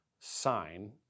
sign